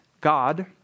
God